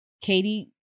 Katie